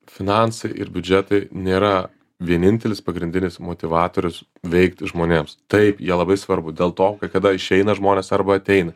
finansai ir biudžetai nėra vienintelis pagrindinis motyvatorius veikti žmonėms taip jie labai svarbūs dėl to kad kada išeina žmonės arba ateina